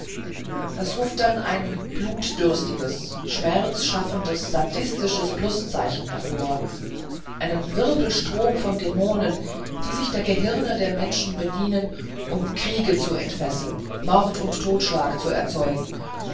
das ruft dann ein blutdürstiges schmerzschaffendes sadistisches pluszeichen hervor einen wirbelstrom von dämonen die sich der gehirne der menschen bedienen um kriege zu entfesseln mord und totschlag zu erzeugen